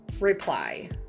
Reply